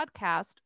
podcast